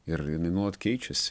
ir jinai nuolat keičiasi